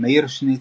מאיר שניצר,